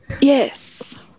Yes